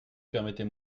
permettez